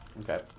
Okay